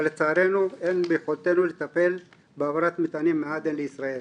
אבל לצערנו אין ביכולתנו לטפל בהעברת מטענים מעדן לישראל'.